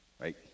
right